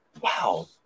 wow